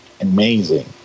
amazing